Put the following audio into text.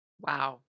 Wow